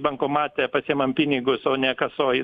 bankomate pasiimam pinigus o ne kasoj